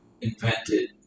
invented